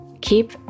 keep